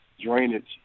drainage